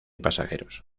pasajeros